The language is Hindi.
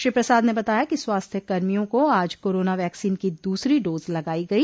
श्री प्रसाद ने बताया कि स्वास्थ्य कर्मियों का आज कोरोना वैक्सीन की दूसरी डोज लगाई गई